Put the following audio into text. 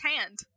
hand